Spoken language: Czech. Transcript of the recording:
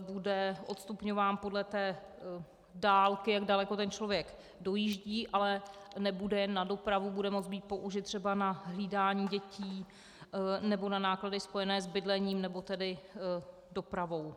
Bude odstupňován podle dálky, jak daleko ten člověk dojíždí, ale nebude jen na dopravu, bude moci být použit třeba na hlídání dětí nebo na náklady spojené s bydlením nebo tedy dopravou.